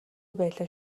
байлаа